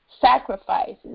sacrifices